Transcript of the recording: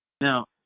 Now